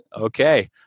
Okay